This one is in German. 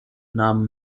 namen